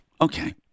Okay